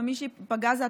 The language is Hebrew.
ומי שייפגע הם התושבים.